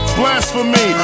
blasphemy